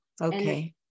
Okay